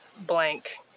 blank